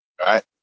right